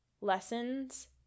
lessons